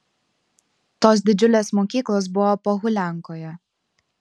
tos didžiulės mokyklos buvo pohuliankoje